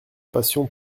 passion